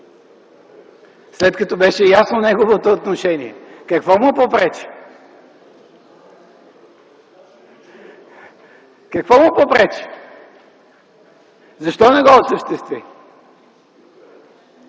след като беше ясно неговото отношение? Какво му попречи? (Реплики.) Какво му попречи, защо не го осъществи?